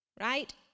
right